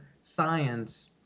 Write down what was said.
science